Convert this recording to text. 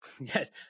Yes